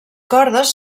cordes